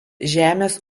žemės